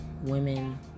women